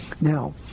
Now